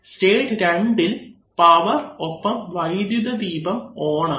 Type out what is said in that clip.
state 2ഇൽ power ഒപ്പം വൈദ്യുതദീപം ഓൺ ആണ്